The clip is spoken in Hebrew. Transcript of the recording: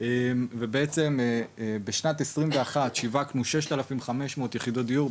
ובעצם בשנת 2021 שיווקנו 6,500 יחידות דיור,